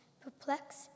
perplexed